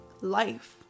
life